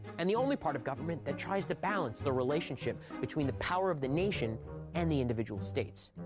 and the only part of government that tries to balance the relationship between the power of the nation and the individual states.